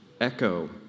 echo